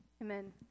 Amen